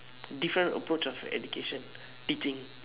different approach of education teaching